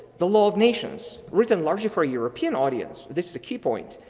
the law of nations written largely for european audience, this is a key point,